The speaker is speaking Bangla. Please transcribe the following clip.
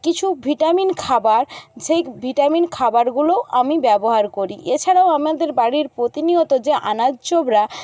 কিছু ভিটামিন খাবার সেই ভিটামিন খাবারগুলোও আমি ব্যবহার করি এছাড়াও আমাদের বাড়ির প্রতিনিয়ত যে আনাজ চোবড়া